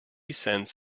cents